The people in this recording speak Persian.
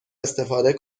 استفاده